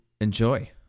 enjoy